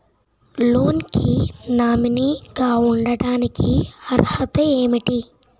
Loan కి nominee గా ఉండటానికి అర్హత ఏమిటి?